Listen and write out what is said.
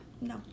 No